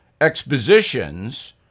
expositions